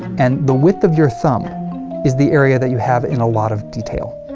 and the width of your thumb is the area that you have in a lot of detail.